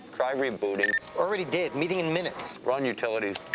try rebooting. already did, meeting in minutes. run utilities.